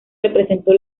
representó